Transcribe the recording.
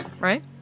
right